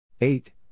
Eight